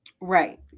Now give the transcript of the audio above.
Right